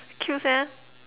cute sia